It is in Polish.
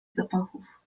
zapachów